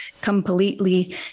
completely